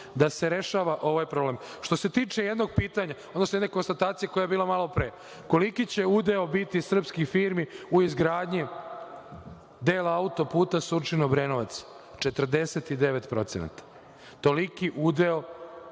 da se rešava ovaj problem. Što se tiče jednog pitanja, odnosno jedne konstatacije koja je bila malopre, koliki će udeo biti srpskih firmi u izgradnji dela auto-puta Surčin-Obrenovac? Dakle, 49%, toliki udeo